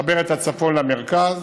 מחבר את הצפון למרכז,